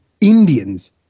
Indians